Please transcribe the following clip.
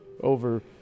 over